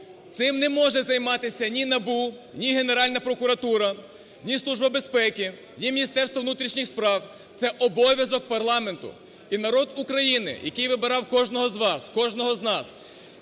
Цим не може займатися ні НАБУ, ні Генеральна прокуратура, ні Служба безпеки, ні Міністерство внутрішніх справ, це обов'язок парламенту. І народ України, який вибирав кожного з вас, кожного з нас,